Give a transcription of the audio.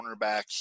cornerback